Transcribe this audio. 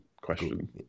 question